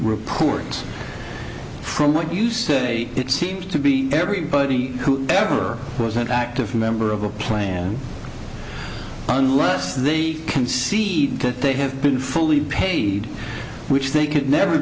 reports from what you say it seems to be everybody who ever was an active member of a plan unless they can see that they have been fully paid which they could never